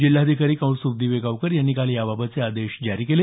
जिल्हाधिकारी कौस्तुभ दिवेगावकर यांनी काल याबाबतचे आदेश जारी केले